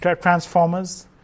transformers